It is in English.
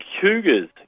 Cougars